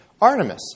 Artemis